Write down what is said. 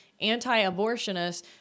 anti-abortionists